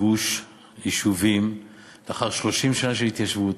גוש יישובים לאחר 30 שנה של התיישבות,